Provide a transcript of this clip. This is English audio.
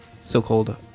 so-called